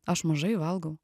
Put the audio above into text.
aš mažai valgau